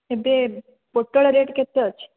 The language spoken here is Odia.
ଏବେ ପୋଟଳ ରେଟ୍ କେତେ ଅଛି